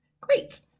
great